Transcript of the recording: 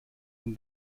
dem